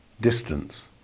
distance